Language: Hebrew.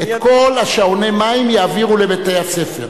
את כל שעוני המים יעבירו לבתי-הספר,